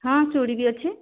ହଁ ଚୁଡ଼ି ବି ଅଛି